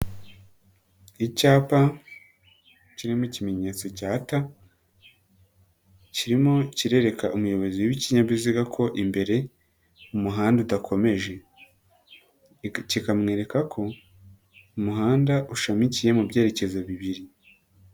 Icyapa kirimo ikimenyetso cya T, kirimo kirerereka umuyobozi w'ikinyabiziga ko imbere, umuhanda udakomeje, kikamwereka ko umuhanda ushamikiye mu byerekezo bibiri.